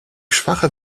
schwache